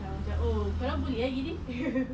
ya macam oh kau orang boleh eh macam gini